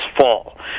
fall